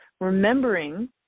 Remembering